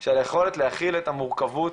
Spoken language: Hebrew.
של היכולת להכיל את המורכבות,